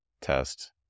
Test